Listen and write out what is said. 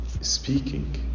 speaking